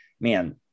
man